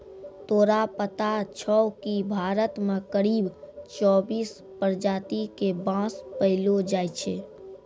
तोरा पता छौं कि भारत मॅ करीब चौबीस प्रजाति के बांस पैलो जाय छै